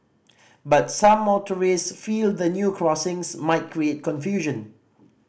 but some motorists feel the new crossings might create confusion